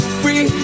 free